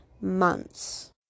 months